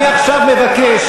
מה זה,